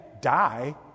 die